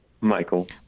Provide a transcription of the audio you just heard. Michael